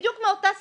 ובדיוק מאותה סיבה,